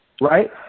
right